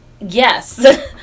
Yes